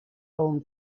own